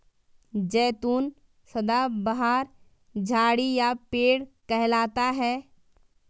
जैतून सदाबहार झाड़ी या पेड़ कहलाता है